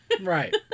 Right